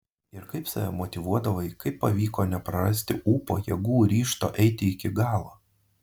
ir kaip save motyvuodavai kaip pavyko neprarasti ūpo jėgų ryžto eiti iki galo